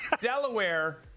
Delaware